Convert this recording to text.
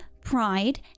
pride